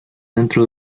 dentro